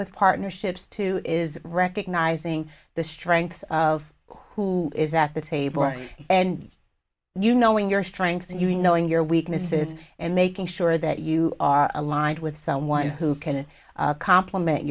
with partnerships too is recognizing the strengths of who is at the table and you know when your strengths and you knowing your weaknesses and making sure that you are aligned with someone who can complement